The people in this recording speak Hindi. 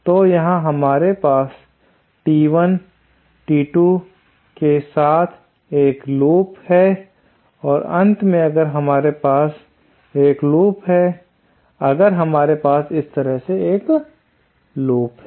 तो यहां हमारे पास T1 T2 के साथ एक लूप है और अंत में अगर हमारे पास एक लूप है अगर हमारे पास इस तरह से एक लूप है